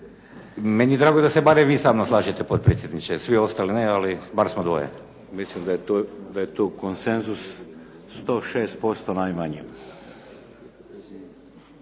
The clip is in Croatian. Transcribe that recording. Meni je drago da se barem vi meni slažete potpredsjedniče. Svi ostali ne, ali bar smo dvoje. **Šeks, Vladimir (HDZ)** Mislim da je tu konsenzus 106% najmanje.